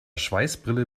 schweißbrille